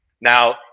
now